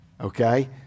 okay